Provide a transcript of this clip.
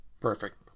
perfect